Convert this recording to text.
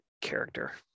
character